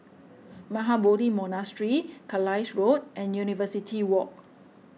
Mahabodhi Monastery Carlisle Road and University Walk